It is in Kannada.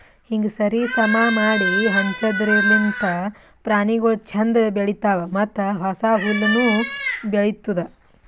ಹೀಂಗ್ ಸರಿ ಸಮಾ ಮಾಡಿ ಹಂಚದಿರ್ಲಿಂತ್ ಪ್ರಾಣಿಗೊಳ್ ಛಂದ್ ಬೆಳಿತಾವ್ ಮತ್ತ ಹೊಸ ಹುಲ್ಲುನು ಬೆಳಿತ್ತುದ್